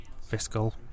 fiscal